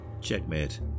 Checkmate